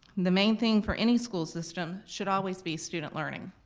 the main thing for any school system should always be student learning.